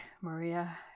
Maria